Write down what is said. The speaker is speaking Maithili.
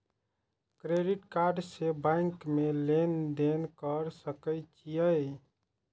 क्रेडिट कार्ड से बैंक में लेन देन कर सके छीये?